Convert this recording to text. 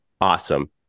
awesome